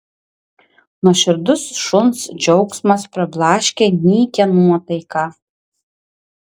nuoširdus šuns džiaugsmas prablaškė nykią nuotaiką